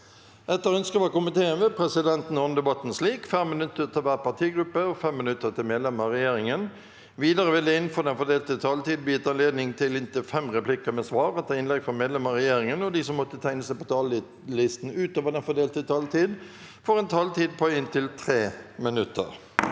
Etter ønske fra justiskomi- teen vil presidenten ordne debatten slik: 5 minutter til hver partigruppe og 5 minutter til medlemmer av regjeringen. Videre vil det – innenfor den fordelte taletid – bli gitt anledning til inntil fem replikker med svar etter innlegg fra medlemmer av regjeringen, og de som måtte tegne seg på talerlisten utover den fordelte taletid, får en taletid på inntil 3 minutter.